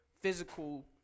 physical